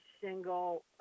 single